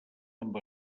amb